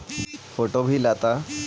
Photo भी लग तै?